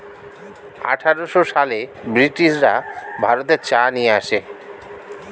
আঠারোশো সালে ব্রিটিশরা ভারতে চা নিয়ে আসে